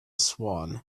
swan